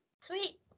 Sweet